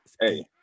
Hey